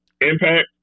Impact